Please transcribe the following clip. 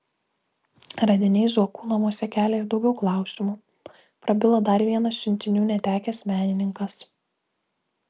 radiniai zuokų namuose kelia ir daugiau klausimų prabilo dar vienas siuntinių netekęs menininkas